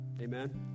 Amen